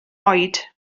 oed